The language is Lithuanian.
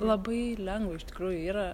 labai lengva iš tikrųjų yra